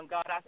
God